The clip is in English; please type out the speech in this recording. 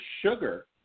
sugar